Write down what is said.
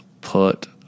put